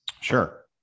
Sure